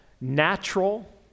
natural